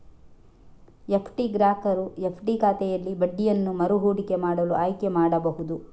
FD ಗ್ರಾಹಕರು FD ಖಾತೆಯಲ್ಲಿ ಬಡ್ಡಿಯನ್ನು ಮರು ಹೂಡಿಕೆ ಮಾಡಲು ಆಯ್ಕೆ ಮಾಡಬಹುದು